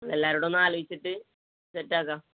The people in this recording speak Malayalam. അ എല്ലാവരോടുമൊന്ന് ആലോചിച്ചിട്ട് സെറ്റാക്കാം